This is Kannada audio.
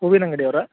ಹೂವಿನ ಅಂಗಡಿಯವ್ರ